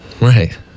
Right